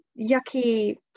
yucky